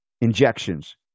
injections